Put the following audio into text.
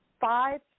five